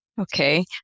Okay